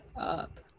up